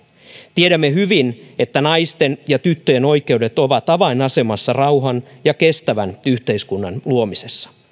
tiedämme hyvin että naisten ja tyttöjen oikeudet ovat avainasemassa rauhan ja kestävän yhteiskunnan luomisessa